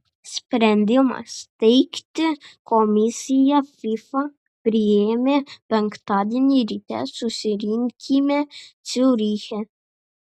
sprendimą steigti komisiją fifa priėmė penktadienį ryte susirinkime ciuriche